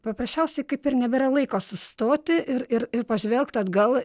paprasčiausiai kaip ir nebėra laiko sustoti ir ir ir pažvelgt atgal